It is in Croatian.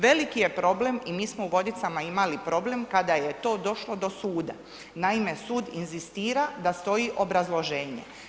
Veliki je problem i mi smo u Vodicama imali problem kada je to došlo do suda, naime sud inzistira da stoji obrazloženje.